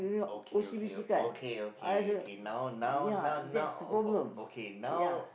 okay okay okay okay okay now now now now o~ o~ okay now